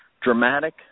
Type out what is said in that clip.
dramatic